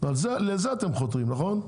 לזה אתם חותרים נכון?